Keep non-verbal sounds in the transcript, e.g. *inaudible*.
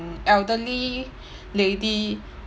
elderly *breath* lady